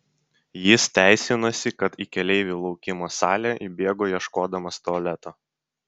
jis teisinosi kad į keleivių laukimo salę įbėgo ieškodamas tualeto